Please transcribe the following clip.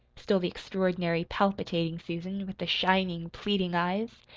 still the extraordinary, palpitating susan, with the shining, pleading eyes.